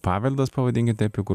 paveldas pavadinkim taip jau kur